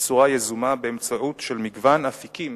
בצורה יזומה באמצעות מגוון אפיקים